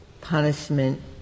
punishment